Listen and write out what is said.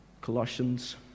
Colossians